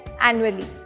annually